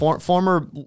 former